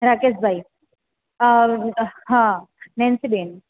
રાકેશભાઈ હા નેન્સીબેન